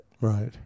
Right